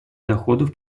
доходов